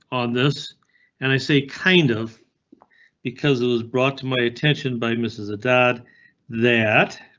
on this and i say kind of because it was brought to my attention by mrs a dad that.